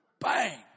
Bang